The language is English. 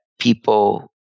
people